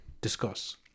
Discuss